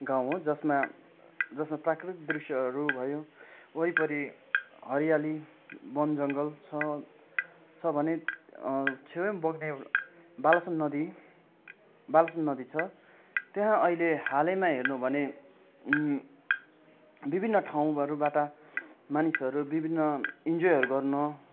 गाउँ हो यसमा यसमा प्राकृतिक दृश्यहरू भयो वरिपरि हरियाली वन जङ्गल छ छ भने छेवैमा बग्ने बालासन नदी बालासन नदी छ त्यहाँ अहिले हालैमा हेर्नु भने विभिन्न ठाउँहरूबाट मानिसहरू विभिन्न इन्जोयहरू गर्न